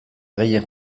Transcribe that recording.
gehien